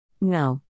No